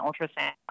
ultrasound